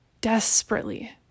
desperately